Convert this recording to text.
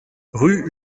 rue